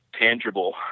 tangible